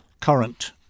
current